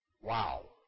Wow